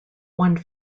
one